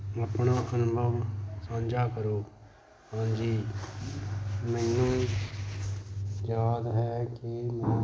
ਆਪਣਾ ਅਨੁਭਵ ਸਾਂਝਾ ਕਰੋ ਹਾਂਜੀ ਮੈਨੂੰ ਯਾਦ ਹੈ ਕਿ ਮੈਂ